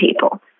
people